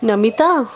Namita